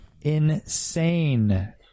insane